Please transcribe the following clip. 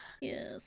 Yes